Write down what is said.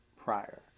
prior